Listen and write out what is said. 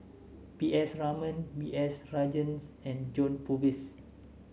P S Raman B S Rajhans and John Purvis